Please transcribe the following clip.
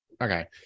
okay